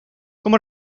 como